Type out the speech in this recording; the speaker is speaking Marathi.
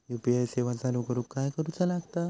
यू.पी.आय सेवा चालू करूक काय करूचा लागता?